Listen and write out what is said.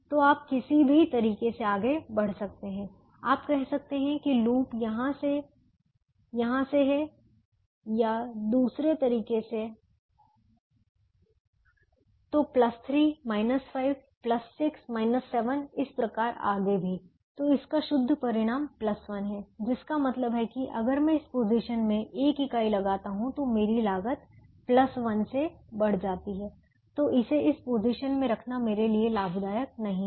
तो आप किसी भी तरीके से आगे बढ़ सकते हैं आप कह सकते हैं कि लूप यहां से हैं या दूसरे तरीके से तो 3 5 6 7 इस प्रकार आगे भी तो इसका शुद्ध परिणाम 1 है जिसका मतलब है कि अगर मैं इस पोजीशन में 1 इकाई लगाता हूं तो मेरी लागत 1 से बढ़ जाती है तो इसे इस पोजीशन में रखना मेरे लिए लाभदायक नहीं है